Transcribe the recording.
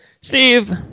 Steve